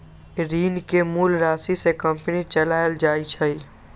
ऋण के मूल राशि से कंपनी चलाएल जाई छई